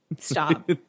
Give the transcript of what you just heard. Stop